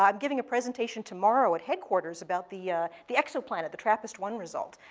um giving a presentation tomorrow at headquarters about the the exoplanet, the trappist one result.